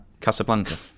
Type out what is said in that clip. Casablanca